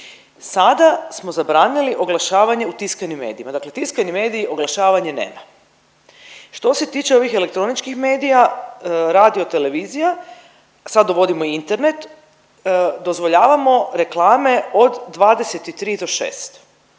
Sada smo zaboravljali oglašavanje u tiskanim medijima. Dakle, tiskani mediji oglašavanje nema. Što se tiče ovih elektroničkih medija, radio, televizija sad uvodimo i internet dozvoljavamo reklame od 23 do 6.